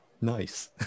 nice